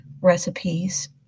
recipes